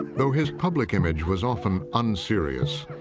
though his public image was often unserious.